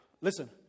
Listen